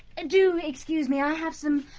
and do excuse me, i have some.